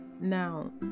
Now